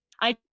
I-